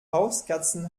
hauskatzen